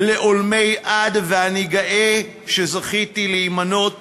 לעולמי עד, ואני גאה שזכיתי להימנות